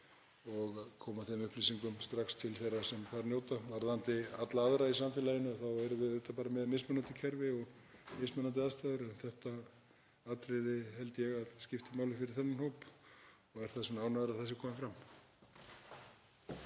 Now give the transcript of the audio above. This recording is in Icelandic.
að koma þeim upplýsingum strax til þeirra sem þess njóta. Varðandi alla aðra í samfélaginu þá erum við auðvitað bara með mismunandi kerfi og mismunandi aðstæður. En þetta atriði held ég að skipti máli fyrir þennan hóp og er þess vegna ánægður að það sé komið fram.